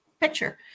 picture